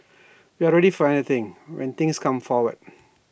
we're ready for anything when things come forward